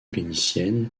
vénitienne